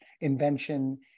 invention